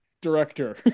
director